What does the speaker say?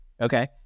Okay